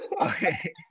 Okay